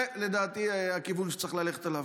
זה לדעתי הכיוון שצריך ללכת אליו.